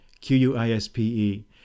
Q-U-I-S-P-E